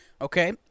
Okay